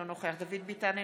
אינו נוכח דוד ביטן,